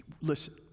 listen